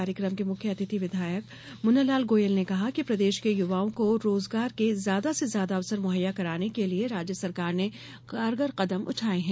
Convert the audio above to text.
कार्यक्रम के मुख्य अतिथि विधायक मुन्नालाल गोयल कहा कि प्रदेश के युवाओं को रोजगार के ज्यादा से ज्यादा अवसर मुहैया कराने के लिए राज्य सरकार ने कारगर कदम उठाए हैं